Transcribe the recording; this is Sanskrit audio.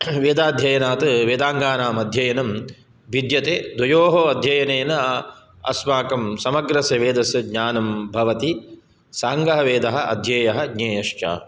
वेदाध्ययनात् वेदाङ्गानामध्ययनं भिद्यते द्वयोः अध्ययनेन अस्माकं समग्रस्य वेदस्य ज्ञानं भवति साङ्गः वेदः अध्येयः ज्ञेयश्च